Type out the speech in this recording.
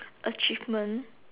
achievement